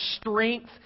strength